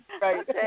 Right